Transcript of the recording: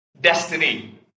Destiny